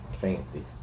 fancy